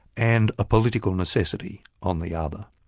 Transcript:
and a political necessity on the other.